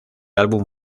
álbum